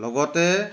লগতে